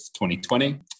2020